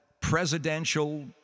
presidential